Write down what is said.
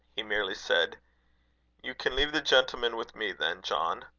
he merely said you can leave the gentleman with me, then, john.